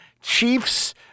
Chiefs